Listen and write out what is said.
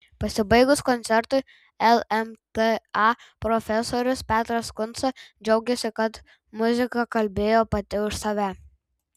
pasibaigus koncertui lmta profesorius petras kunca džiaugėsi kad muzika kalbėjo pati už save